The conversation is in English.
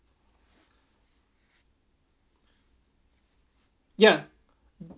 ya